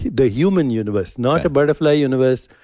the human universe, not a butterfly universe,